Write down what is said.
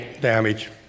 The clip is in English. damage